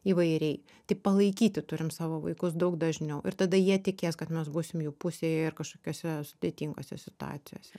įvairiai tai palaikyti turim savo vaikus daug dažniau ir tada jie tikės kad mes būsim jų pusėje ir kažkokiuose sudėtingose situacijose